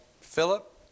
Philip